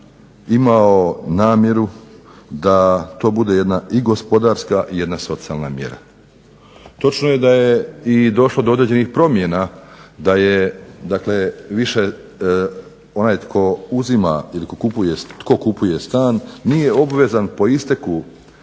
imao namjeru da to bude jedna i gospodarska i jedna socijalna mjera. Točno je da je i došlo do određenih promjena, da je dakle više onaj tko uzima ili tko kupuje stan nije obvezan po isteku